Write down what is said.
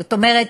זאת אומרת,